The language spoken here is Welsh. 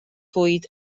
fwyd